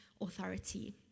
authority